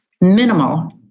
minimal